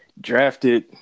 Drafted